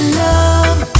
love